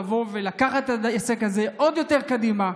לבוא ולקחת את העסק הזה עוד יותר קדימה,